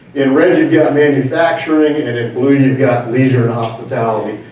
in red you got manufacturing and in and blue you got leisure and hospitality,